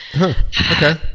Okay